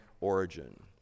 origin